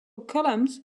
columns